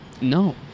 no